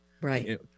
Right